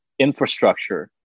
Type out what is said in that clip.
infrastructure